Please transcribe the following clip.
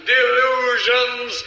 Delusions